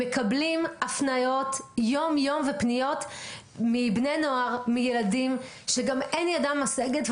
מקבלים יום-יום הפניות ופניות מבני נוער ומילדים שגם אין ידם משגת,